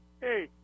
Hey